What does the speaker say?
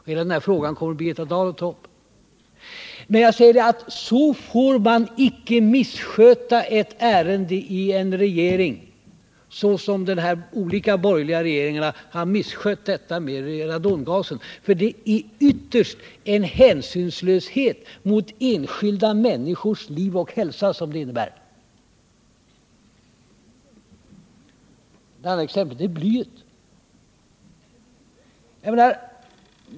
Hela den här frågan kommer f.ö. Birgitta Dahl att ta upp. Men jag säger: Man får icke missköta ett ärende i regeringen så som de olika borgerliga regeringarna misskött detta med radongasen, för det är ytterst en hänsynslöshet mot enskilda människors liv och hälsa som det innebär. Det andra exemplet är blyet.